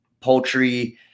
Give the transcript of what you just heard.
poultry